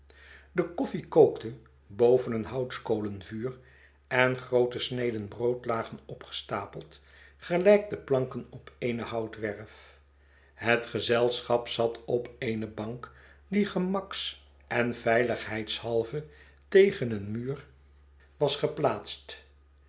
de koffie kookte boven een houtskolenvuur en groote sneden brood lagen opgestapeld gelijk de planken op eene houtwerf het gezelschap zat op eene bank die gemaksen veiligheidshalve tegen een muur was geplaatst